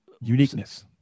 uniqueness